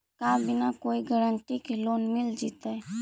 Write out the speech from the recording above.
का बिना कोई गारंटी के लोन मिल जीईतै?